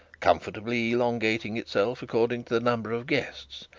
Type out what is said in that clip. comfortably elongating itself according to the number of guests,